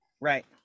Right